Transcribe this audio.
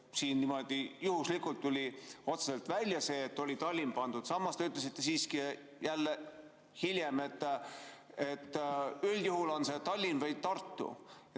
Siin niimoodi juhuslikult tuli aga otseselt välja, et oli Tallinn pandud. Samas te ütlesite hiljem, et üldjuhul on see Tallinn või Tartu.